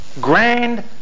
grand